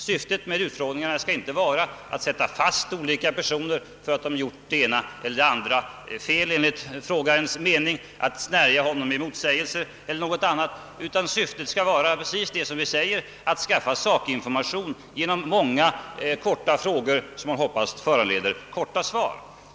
Syftet med utfrågningarna skall inte vara att sätta fast vissa personer för att de skulle ha handlat fel i ett eller annat avseende eller att snärja dem i motsägelser, utan syftet är, som vi säger, att skaffa sakinformation genom många korta frågor, som man hoppas föranleder korta svar.